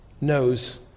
knows